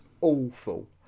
awful